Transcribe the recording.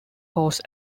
horse